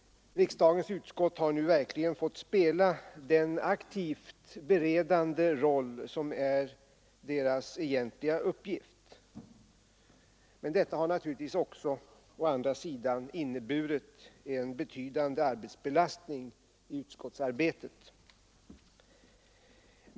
Riksdagens utskott har nu verkligen fått spela den aktivt beredande roll som är deras egentliga uppgift. Men detta har naturligtvis också å andra sidan inneburit en betydande arbetsbelastning i utskotten.